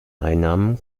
einnahmen